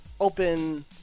open